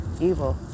evil